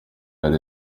hari